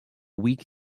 weak